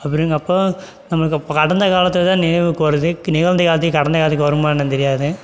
அப்படிங்கிறப்போ நம்மளுக்கு இப் கடந்த காலத்தை தான் நினைவுக்கு வருது நிகழ்ந்த காலத்தையும் கடந்த காலத்துக்கு வருமா என்னன்னு தெரியாது